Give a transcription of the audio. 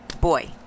Boy